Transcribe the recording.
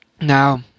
Now